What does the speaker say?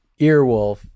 Earwolf